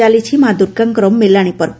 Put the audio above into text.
ଚାଲିଛି ମା ଦୁର୍ଗାଙ୍କ ମେଲାଶି ପର୍ବ